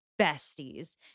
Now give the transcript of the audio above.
besties